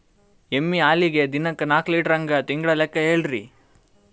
ಎಮ್ಮಿ ಹಾಲಿಗಿ ದಿನಕ್ಕ ನಾಕ ಲೀಟರ್ ಹಂಗ ತಿಂಗಳ ಲೆಕ್ಕ ಹೇಳ್ರಿ?